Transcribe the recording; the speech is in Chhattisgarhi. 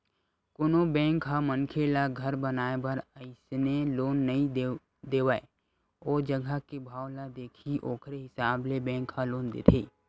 कोनो बेंक ह मनखे ल घर बनाए बर अइसने लोन नइ दे देवय ओ जघा के भाव ल देखही ओखरे हिसाब ले बेंक ह लोन देथे